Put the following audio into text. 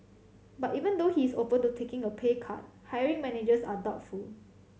but even though he is open to taking a pay cut hiring managers are doubtful